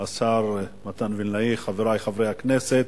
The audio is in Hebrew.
השר מתן וילנאי, חברי חברי הכנסת,